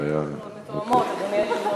כן, אנחנו מתואמות, אדוני היושב-ראש.